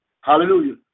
Hallelujah